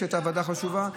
שהייתה ועדה חשובה,